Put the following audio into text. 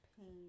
pain